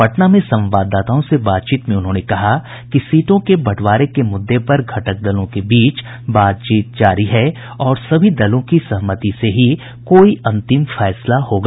पटना में संवाददाताओं से बातचीत में उन्होंने कहा कि सीटों के बंटवारे के मुद्दे पर घटक दलों के बीच बातचीत जारी है और सभी दलों की सहमति से ही कोई अंतिम फैसला होगा